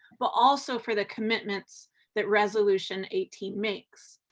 but also for the commitments that resolution eighteen makes.